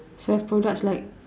health products like